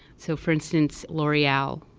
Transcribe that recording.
so for instance, l'oreal,